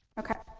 okay.